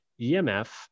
EMF